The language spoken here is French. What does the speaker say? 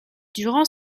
durant